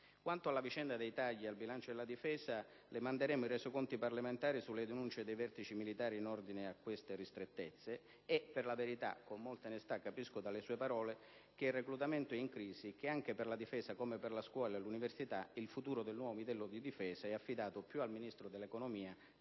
Quanto alla vicenda dei tagli al bilancio della Difesa, le faremo avere i resoconti parlamentari sulle denunce dei vertici militari in ordine a tali ristrettezze. Per la verità, con molta onestà, capisco dalle sue parole che il reclutamento è in crisi e che anche per la Difesa, come per la scuola e l'università, il futuro del Nuovo modello di difesa è affidato più al Ministro dell'economia che al Parlamento